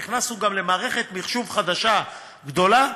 נכנסנו גם למערכת מחשוב חדשה גדולה,